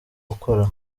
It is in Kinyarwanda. gukora